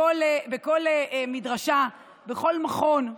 בכל מדרשה, בכל מכון,